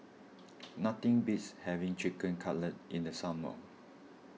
nothing beats having Chicken Cutlet in the summer